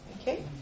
Okay